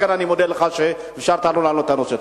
לכן אני מודה לך שאפשרת לנו להעלות את הנושא.